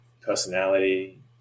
personality